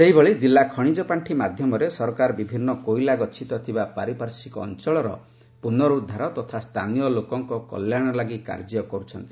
ସେହିଭଳି ଜିଲ୍ଲା ଖଣିଜ ପାଣ୍ଡି ମାଧ୍ୟମରେ ସରକାର ବିଭିନ୍ନ କୋଇଲା ଗଚ୍ଛିତ ଥିବା ପାରିପାର୍ଶ୍ୱିକ ଅଞ୍ଚଳର ପୁନରୁଦ୍ଧାର ତଥା ସ୍ଥାନୀୟ ଲୋକଙ୍କ କଲ୍ୟାଣ ଲାଗି କାର୍ଯ୍ୟ କରୁଛନ୍ତି